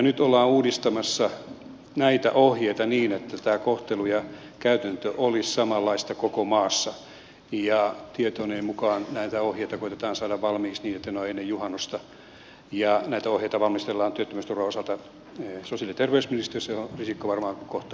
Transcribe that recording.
nyt ollaan uudistamassa näitä ohjeita niin että tämä kohtelu ja käytäntö olisivat samanlaista koko maassa ja tietoni mukaan näitä ohjeita koetetaan saada valmiiksi niin että ne ovat ennen juhannusta ja näitä ohjeita valmistellaan työttömyysturvan osalta sosiaali ja terveysministeriössä johon risikko varmaan kohta viittaa